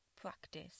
practice